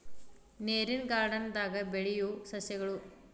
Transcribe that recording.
ನೇರಿನ ಗಾರ್ಡನ್ ದಾಗ ಬೆಳಿಯು ಸಸ್ಯಗಳು